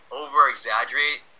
over-exaggerate